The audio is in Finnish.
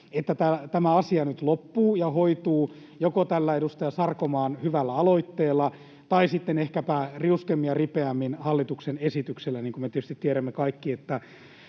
että tämä asia nyt loppuu ja hoituu, joko tällä edustaja Sarkomaan hyvällä aloitteella tai sitten ehkäpä riuskemmin ja ripeämmin hallituksen esityksellä, niin kuin me tietysti tiedämme kaikki,